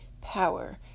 power